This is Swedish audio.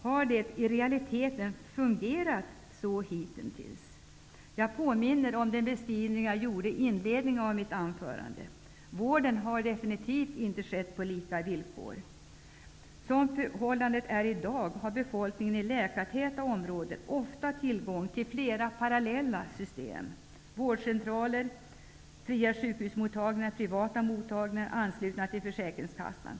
Har det i realiteten fungerat så hittills? Jag påminner om den beskrivning jag gjorde i inledningen av mitt anförande. Vården har definitivt inte skett på lika villkor. Som förhållandena är i dag har befolkningen i läkartäta områden ofta tillgång till flera parallella system: vårdcentraler, fria sjukhusmottagningar och privata mottagningar anslutna till försäkringskassan.